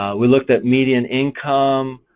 we looked at median income.